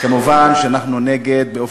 מובן שאנחנו נגד, מה?